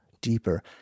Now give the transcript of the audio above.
deeper